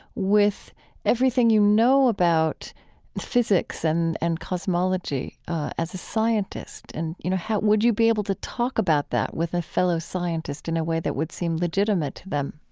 with everything you know about physics and and cosmology as a scientist. and you know would you be able to talk about that with a fellow scientist in a way that would seem legitimate to them?